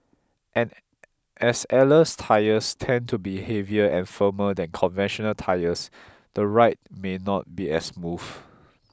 as airless tyres tend to be heavier and firmer than conventional tyres the ride may not be as smooth